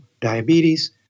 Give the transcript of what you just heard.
diabetes